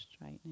right